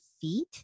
feet